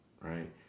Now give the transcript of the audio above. right